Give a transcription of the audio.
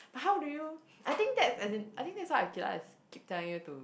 but how do you I think that's as in I think that's what Aqilah is keep telling you to